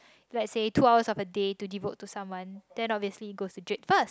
let say two hours of a day to devote to someone then obviously goes to Jack first